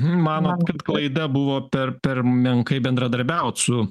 manot kad klaida buvo per per menkai bendradarbiaut su